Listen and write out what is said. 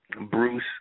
Bruce